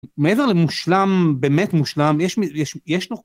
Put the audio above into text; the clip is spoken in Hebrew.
מעבר למושלם, באמת מושלם, יש יש נוכל...